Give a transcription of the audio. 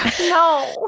No